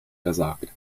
versagt